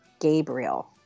gabriel